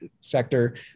sector